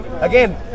Again